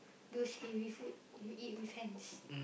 those heavy food you eat with hands